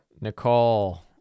nicole